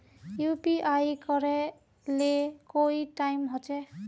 UPI करे ले कोई टाइम होचे?